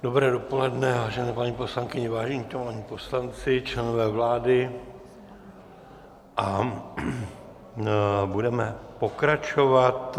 Dobré dopoledne, vážené paní poslankyně, vážení páni poslanci, členové vlády, budeme pokračovat.